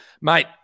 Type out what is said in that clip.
Mate